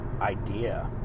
idea